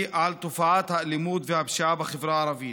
על תופעת האלימות והפשיעה בחברה הערבית.